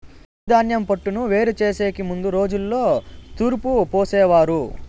వరిధాన్యం పొట్టును వేరు చేసెకి ముందు రోజుల్లో తూర్పు పోసేవారు